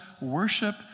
worship